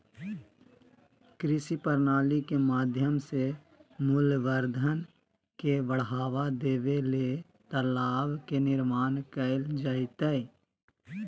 कृषि प्रणाली के माध्यम से मूल्यवर्धन के बढ़ावा देबे ले तालाब के निर्माण कैल जैतय